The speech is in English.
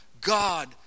God